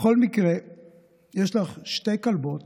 בכל מקרה יש לך שתי כלבות